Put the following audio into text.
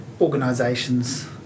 organisations